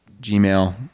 Gmail